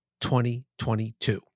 2022